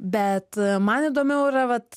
bet man įdomiau yra vat